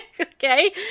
Okay